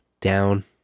down